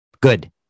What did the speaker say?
good